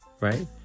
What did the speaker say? right